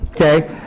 okay